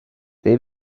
they